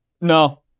No